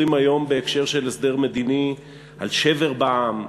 היום בהקשר של הסדר מדיני על שבר בעם,